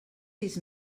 sis